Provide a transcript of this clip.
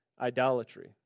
idolatry